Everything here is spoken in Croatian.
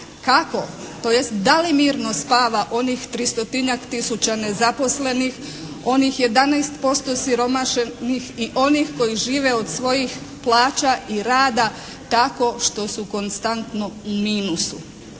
kako, tj. da li mirno spava onih 300-tinjak tisuća nezaposlenih, onih 11% siromašnih i onih koji žive od svojih plaća i rada tako što su konstantno u minusu.